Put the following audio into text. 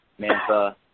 Mantha